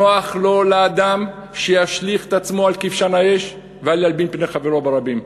נוח לו לאדם שישליך את עצמו לכבשן האש ואל ילבין פני חברו ברבים.